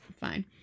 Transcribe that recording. fine